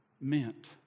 meant